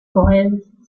corrèze